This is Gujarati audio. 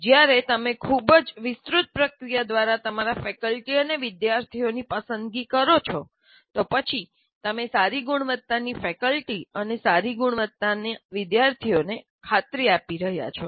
જ્યારે તમે ખૂબ જ વિસ્તૃત પ્રક્રિયા દ્વારા તમારા ફેકલ્ટી અને વિદ્યાર્થીઓની પસંદગી કરો છો તો પછી તમે સારી ગુણવત્તાની ફેકલ્ટી અને સારી ગુણવત્તાવાળાની વિદ્યાર્થીઓને ખાતરી આપી રહ્યા છો